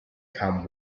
can